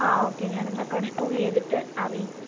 ആ ഓക്കെ ഞാൻ എന്നാൽ കൺഫേം ചെയ്തിട്ട് അറിയിക്കും